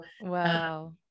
Wow